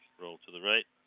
roll to the right,